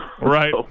Right